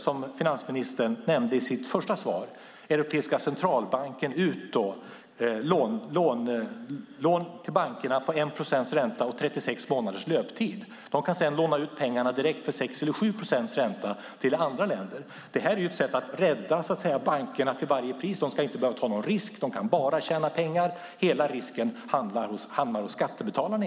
Som finansministern nämnde i sitt svar öser samtidigt Europeiska centralbanken ut lån till bankerna till 1 procents ränta på 36 månaders löptid. Bankerna kan sedan låna ut pengarna till andra länder till 6 eller 7 procents ränta. Detta är ett sätt att rädda bankerna till varje pris. De ska inte behöva ta någon risk utan kan bara tjäna pengar. Hela risken hamnar hos skattebetalarna.